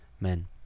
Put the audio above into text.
men